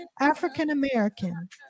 African-American